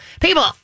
people